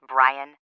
Brian